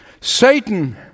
Satan